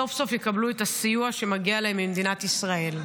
סוף סוף יקבלו את הסיוע שמגיע להם ממדינת ישראל.